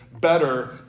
better